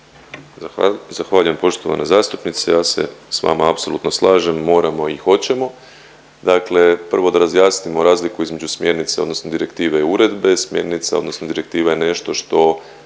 zahvaljujem poštovana zastupnice. Ja se s vama apsolutno slažem, moramo i hoćemo. Dakle prvo da razjasnimo razliku između smjernica odnosno direktive i uredbe, smjernica odnosno direktiva je nešto što